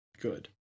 Good